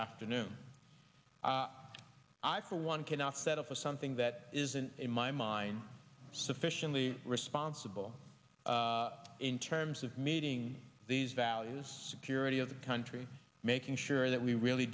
afternoon i for one cannot settle for something that isn't in my mind sufficiently responsible in terms of meeting these values security of the country making sure that we really